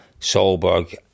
Solberg